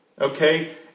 okay